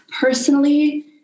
personally